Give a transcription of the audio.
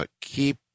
Keep